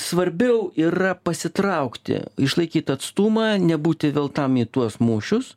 svarbiau yra pasitraukti išlaikyt atstumą nebūti veltam į tuos mūšius